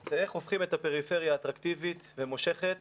זה איך הופכים את הפריפריה לאטרקטיבית ולמושכת